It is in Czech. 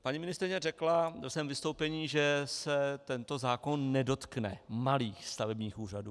Paní ministryně řekla ve svém vystoupení, že se tento zákon nedotkne malých stavebních úřadů.